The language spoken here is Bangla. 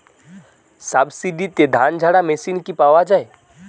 সাবসিডিতে ধানঝাড়া মেশিন কি পাওয়া য়ায়?